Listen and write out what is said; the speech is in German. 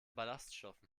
ballaststoffen